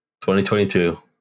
2022